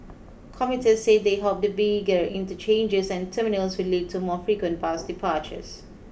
commuters said they hoped the bigger interchanges and terminals will lead to more frequent bus departures